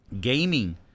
Gaming